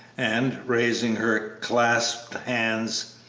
and, raising her clasped hands,